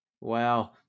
Wow